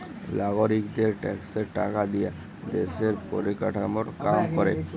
লাগরিকদের ট্যাক্সের টাকা দিয়া দ্যশের পরিকাঠামর কাম ক্যরে